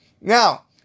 Now